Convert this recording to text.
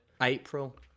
April